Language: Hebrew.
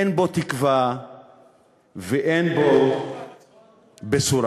אין בו תקווה ואין בו בשורה.